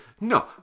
no